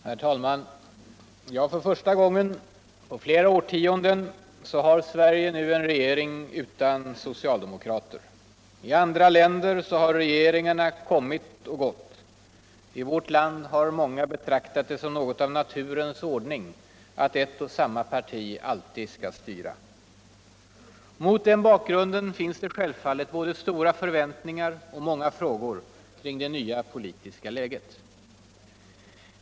Herr talman! För första gången på flera årtionden har Sverige nu en regering utan socialdemokrater. I andra länder har regeringar kommit och gått. I vårt land har mäånga betraktat det som något av naturens ordning att eu och samma parti alltid skall styra. Mot den bakgrunden finns detr självfallet både stora förväntningar och många frågor kring det nya polttiska Kiget.